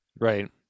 Right